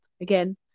Again